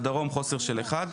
בדרום חוסר של אחד,